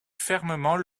fermement